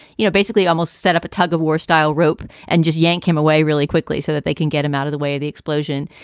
you know, basically almost set up a tug of war style rope and just yank him away really quickly so that they can get him out of the way, the explosion.